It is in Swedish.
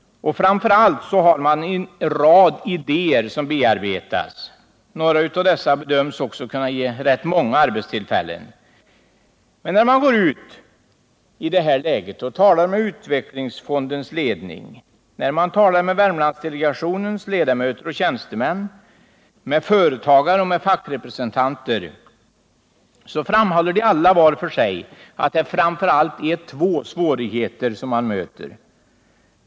Framför allt har man en rad idéer som bearbetas. Några av dessa bedöms också kunna ge rätt många arbetstillfällen. När man i detta läge talar med utvecklingsfondens ledning, med Värmlandsdelegationens ledamöter och tjänstemän samt med företagare och fackrepresentanter, framhåller alla var för sig att framför allt två svårigheter möter.